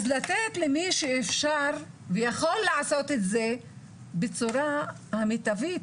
אז לתת למי שאפשר ויכול לעשות את זה בצורה המיטבית.